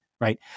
Right